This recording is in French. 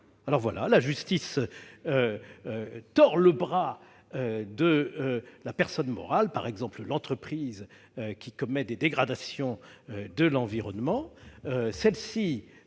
obligation. La justice tord le bras de la personne morale, par exemple de l'entreprise qui commet des dégradations de l'environnement. Celle-ci